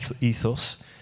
ethos